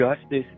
Justice